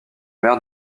mer